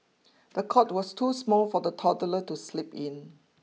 the cot was too small for the toddler to sleep in